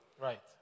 Right